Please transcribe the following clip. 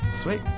Sweet